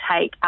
take